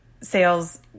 sales